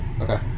Okay